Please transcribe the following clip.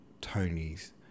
Tony's